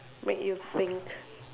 make you think